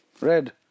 Red